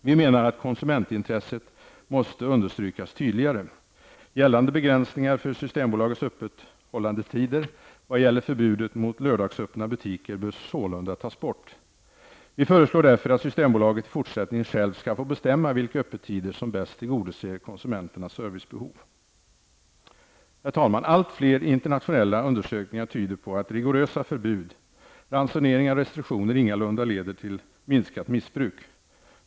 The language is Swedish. Vi menar att konsumentintresset måste understrykas tydligare. Gällande begränsningar för Systembolagets öppethållandetider vad gäller förbudet mot lördagsöppna butiker bör sålunda tas bort. Vi föreslår därför att Systembolaget i fortsättningen självt skall få bestämma vilka öppettider som bäst tillgodoser konsumenternas servicebehov. Herr talman! Allt fler internationella undersökningar tyder på att rigorösa förbud, ransoneringar och restriktioner ingalunda leder till minskat missbruk.